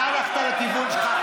אתה הלכת לכיוון שלך.